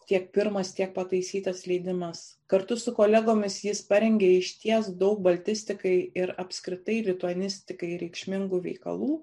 tiek pirmas tiek pataisytas leidimas kartu su kolegomis jis parengė išties daug baltistikai ir apskritai lituanistikai reikšmingų veikalų